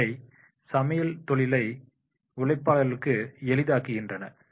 இவை சமையல் தொழிலை உழைப்பாளர்களுக்கு எளிதாக்குகின்றன